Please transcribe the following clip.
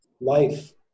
life